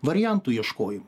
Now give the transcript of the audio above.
variantų ieškojimo